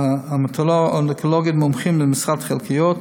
המטו-אונקולוגים מומחים במשרות חלקיות: